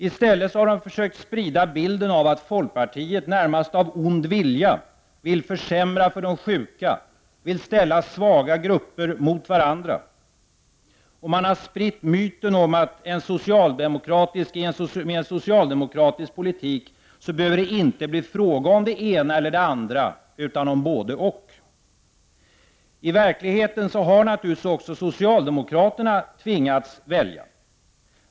I stället har de försökt sprida bilden av att folkpartiet, närmast av ond vilja, vill försämra för de sjuka, vill ställa svaga grupper mot varandra. Man har spritt myten om att det med en socialdemokratisk politik inte behöver bli fråga om det ena eller det andra utan om både och. I verkligheten har naturligtvis också socialdemokraterna tvingats välja.